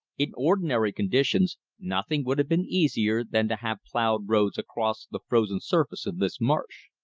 in ordinary conditions nothing would have been easier than to have ploughed roads across the frozen surface of this marsh.